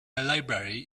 library